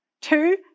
Two